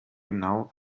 genau